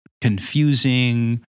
confusing